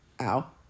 Ow